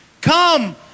Come